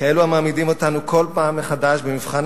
כאלו המעמידים אותנו כל פעם מחדש במבחן